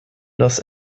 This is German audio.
los